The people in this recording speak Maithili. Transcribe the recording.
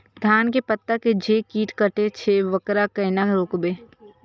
धान के पत्ता के जे कीट कटे छे वकरा केना रोकबे?